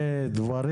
לביוב.